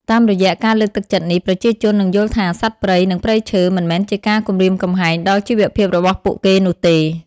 តាមរយៈការលើកទឹកចិត្តនេះ ប្រជាជននឹងយល់ថា សត្វព្រៃ និងព្រៃឈើ មិនមែនជាការគំរាមកំហែងដល់ជីវភាពរបស់ពួកគេនោះទេ